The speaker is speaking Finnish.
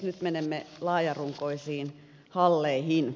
nyt menemme laajarunkoisiin halleihin